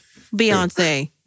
Beyonce